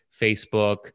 Facebook